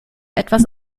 etwas